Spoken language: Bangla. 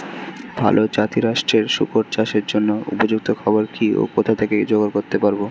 ভালো জাতিরাষ্ট্রের শুকর চাষের জন্য উপযুক্ত খাবার কি ও কোথা থেকে জোগাড় করতে পারব?